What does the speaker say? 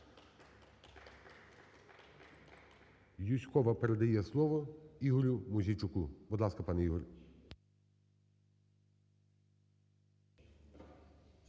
Юзькова передає слово Ігорю Мосійчуку. Будь ласка, пане Ігорю.